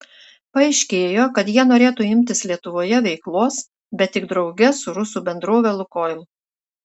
paaiškėjo kad jie norėtų imtis lietuvoje veiklos bet tik drauge su rusų bendrove lukoil